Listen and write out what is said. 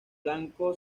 banco